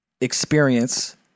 experience